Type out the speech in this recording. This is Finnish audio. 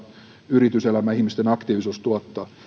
yrityselämä ihmisten aktiivisuus tuottaa